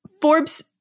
Forbes